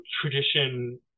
tradition